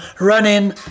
Running